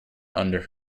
under